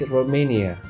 Romania